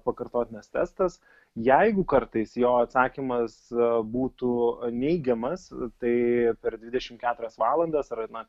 pakartotinas testas jeigu kartais jo atsakymas būtų neigiamas tai per dvidešim keturias valandas ar na